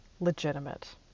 legitimate